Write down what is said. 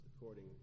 according